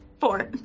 Four